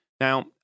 Now